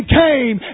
came